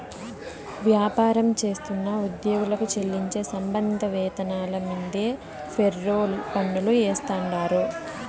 వ్యాపారం చేస్తున్న ఉద్యోగులకు చెల్లించే సంబంధిత వేతనాల మీన్దే ఫెర్రోల్ పన్నులు ఏస్తాండారు